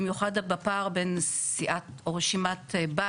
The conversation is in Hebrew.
במיוחד בפער בין סיעת או רשימת בת